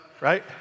right